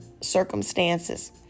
circumstances